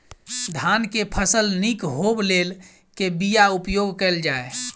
धान केँ फसल निक होब लेल केँ बीया उपयोग कैल जाय?